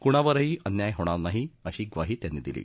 कुणावरही अन्याय होणार नाही अशी ग्वाही त्यांनी दिली